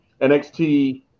NXT